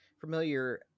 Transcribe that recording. familiar